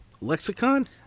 lexicon